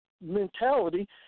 mentality